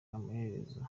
amaherezo